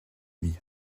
demi